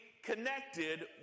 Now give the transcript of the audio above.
connected